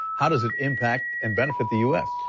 how does it impact and benefit the u s?